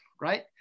right